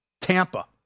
Tampa